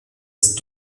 ist